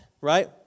right